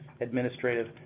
administrative